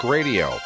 Radio